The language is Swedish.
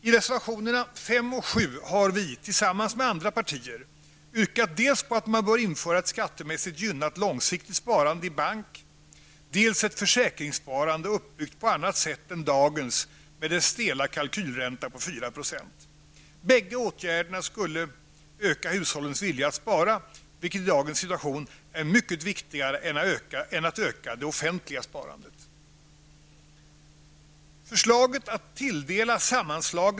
I reservationerna 5 och 7 har vi -- tillsammans med andra partier -- yrkat på att man bör införa dels ett skattemässigt gynnat långsiktigt sparande i bank, dels ett försäkringssparande uppbyggt på annat sätt än dagens med dess stela kalkylränta på 4 %. Bägge åtgärderna skulle öka hushållens vilja att spara, vilket i dagens situation är mycket viktigare än att öka det offentliga sparandet.